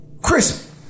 Chris